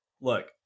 look